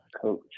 coach